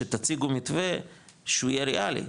שתציגו מתווה שהוא יהיה ריאלי,